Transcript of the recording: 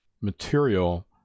material